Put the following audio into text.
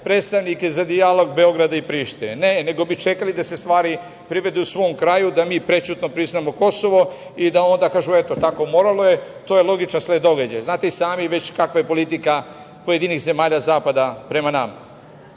predstavnike za dijalog Beograda i Prištine. Ne, nego bi čekali da se stvari privedu svom kraju, da mi prećutno priznamo Kosovo i da onda kažu – eto, tako je moralo, to je logičan sled događaja. Znate i sami već kakva je politika pojedinih zemalja zapada prema